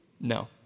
No